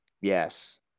Yes